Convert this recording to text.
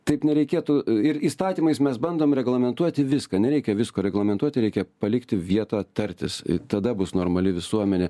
taip nereikėtų ir įstatymais mes bandom reglamentuoti viską nereikia visko reglamentuoti reikia palikti vietą tartis tada bus normali visuomenė